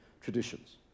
traditions